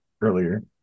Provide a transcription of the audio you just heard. earlier